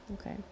okay